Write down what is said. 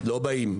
לא באים.